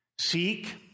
Seek